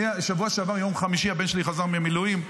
בשבוע שעבר ביום חמישי הבן שלי חזר מהמילואים,